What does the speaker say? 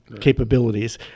capabilities